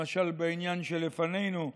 למשל, בעניין שלפנינו,